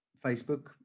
Facebook